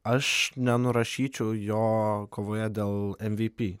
aš nenurašyčiau jo kovoje dėl mvp